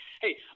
Hey